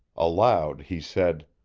aloud, he said,